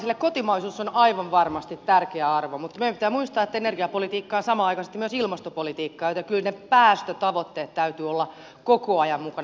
perussuomalaisille kotimaisuus on aivan varmasti tärkeä arvo mutta meidän pitää muistaa että energiapolitiikka on samanaikaisesti myös ilmastopolitiikkaa joten kyllä päästötavoitteiden täytyy olla koko ajan mukana